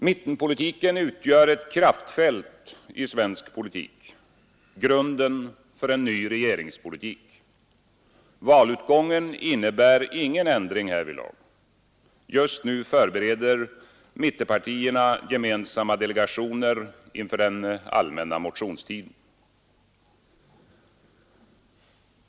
Mittenpolitiken utgör ett kraftfält i svensk politik, grunden för en ny regeringspolitik. Valutgången innebär ingen ändring härvidlag. Just nu förbereder mittenpartierna gemensamma delegationer inför den allmänna motionstiden.